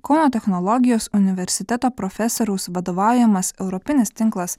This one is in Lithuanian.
kauno technologijos universiteto profesoriaus vadovaujamas europinis tinklas